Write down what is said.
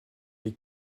des